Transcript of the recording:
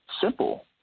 simple